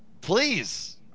please